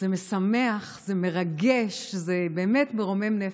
זה משמח, זה מרגש, זה באמת מרומם נפש.